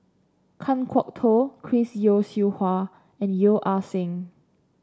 Kan Kwok Toh Chris Yeo Siew Hua and Yeo Ah Seng